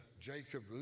Jacob